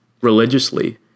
religiously